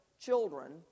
children